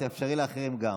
תאפשרי גם לאחרים.